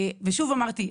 ושוב אמרתי,